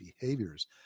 behaviors